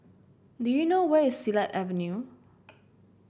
do you know where is Silat Avenue